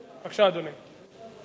בבקשה, אדוני.